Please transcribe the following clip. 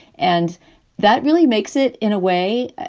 and that really makes it in a way,